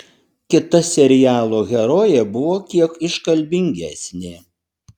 kita serialo herojė buvo kiek iškalbingesnė